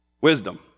wisdom